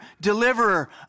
Deliverer